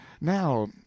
Now